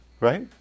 right